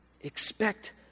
Expect